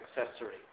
accessory